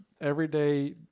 everyday